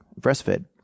breastfed